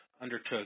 undertook